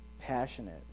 passionate